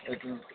ఎటు